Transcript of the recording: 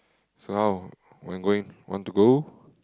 so how want going want to go